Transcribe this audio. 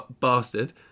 bastard